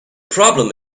problem